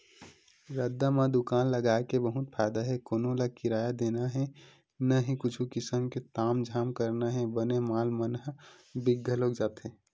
रद्दा म दुकान लगाय के बहुते फायदा हे कोनो ल किराया देना हे न ही कुछु किसम के तामझाम करना हे बने माल मन ह बिक घलोक जाथे